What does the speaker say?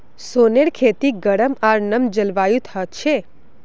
सोनेर खेती गरम आर नम जलवायुत ह छे